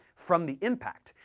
from the impact,